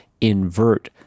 invert